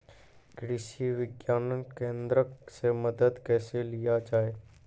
कृषि विज्ञान केन्द्रऽक से मदद कैसे लिया जाय?